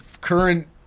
current